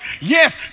Yes